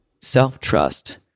Self-trust